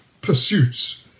pursuits